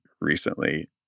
recently